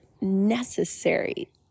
necessary